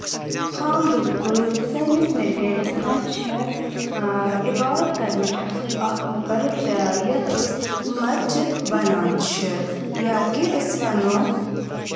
ہاں باکُل سٲنِس مِرگنٛڈِس منٛز چھےٚ عبادَت کرنٕچ اکھ مُقرر جاے یَتھ أسۍ مسجِد وَنان چھٕ یا کہِ أسۍ وَنو